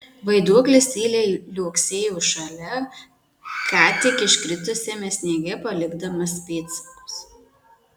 vaiduoklis tyliai liuoksėjo šalia ką tik iškritusiame sniege palikdamas pėdsakus